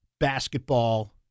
Basketball